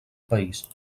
país